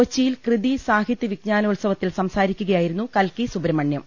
കൊച്ചിയിൽ കൃതി സാഹിത്യ വിജ്ഞാനോത്സവ ത്തിൽ സംസാരിക്കുകയായിരുന്നു കൽക്കി സുബ്രഹ്മണൃം